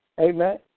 Amen